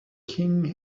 king